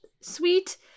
sweet